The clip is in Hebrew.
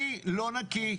אני לא נקי,